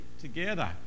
together